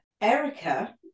Erica